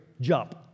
jump